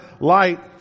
light